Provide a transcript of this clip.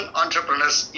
entrepreneurs